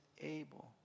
able